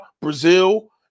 Brazil